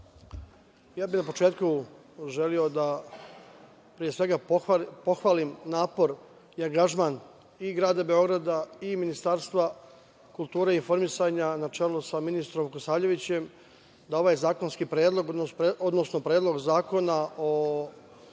bih na početku da, pre svega, pohvalim napor i angažman i Grada Beograda i Ministarstva kulture i informisanja, na čelu sa ministrom Vukosavljevićem, da ovaj zakonski predlog, odnosno Predlog zakona o